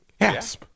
Yes